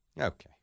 Okay